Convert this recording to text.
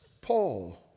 Paul